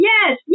Yes